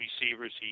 receivers